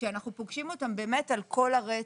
שאנחנו פוגשים אותם באמת על כל הרצף,